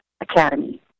academy